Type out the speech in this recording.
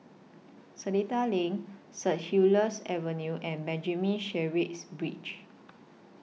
Seletar LINK Saint Helier's Avenue and Benjamin Sheares Bridge